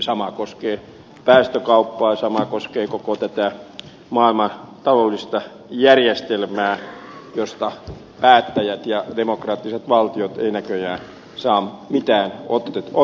sama koskee päästökauppaa sama koskee koko tätä maailman taloudellista järjestelmää josta päättäjät ja demokraattiset valtiot eivät näköjään saa mitään otetta